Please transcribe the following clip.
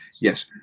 yes